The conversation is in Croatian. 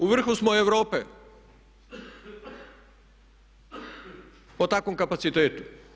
U vrhu smo Europe po takvom kapacitetu.